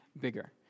bigger